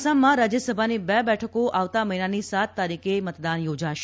આસામમાં રાજ્યસભાની બે બેઠકો આવતા મહિનાની સાત તારીખે મતદાન યોજાશે